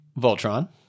Voltron